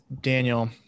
daniel